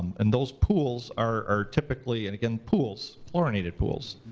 and those pools are typically, and again pools, chlorinated pools.